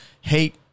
hate